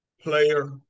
player